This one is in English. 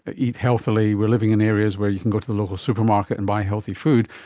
ah eat healthily, we are living in areas where you can go to the local supermarket and buy healthy food,